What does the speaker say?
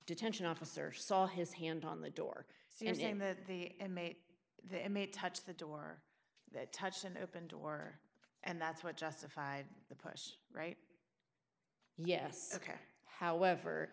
detention officer saw his hand on the door saying that they may they may touch the door that touched an open door and that's what justified the push right yes ok however